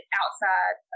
outside